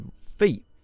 feet